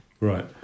Right